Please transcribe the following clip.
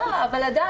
למה?